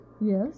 Yes